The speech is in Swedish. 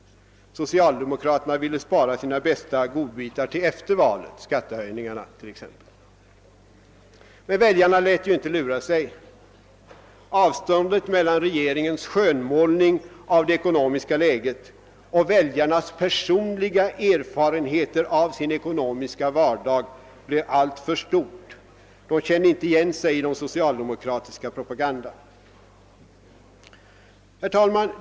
Socialdemokraterna ville spara sina bästa godbitar till efter valet — skattehöjningarnat.ex. Men väljarna lät inte lura sig. Avståndet mellan regeringens skönmålning av det ekonomiska läget och väljarnas personliga erfarenheter av sin ekonomiska vardag blev alltför stort. De kände inte igen sig i den socialdemokra tiska propagandan. Herr talman!